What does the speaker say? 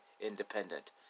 independent